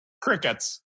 crickets